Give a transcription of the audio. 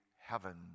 heaven